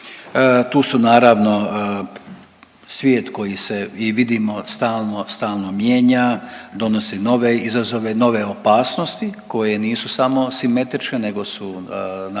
tu su naravno svijet koji se vidimo i stalno mijenja, donosi nove izazove, nove opasnost koje nisu samo simetrične nego su naravno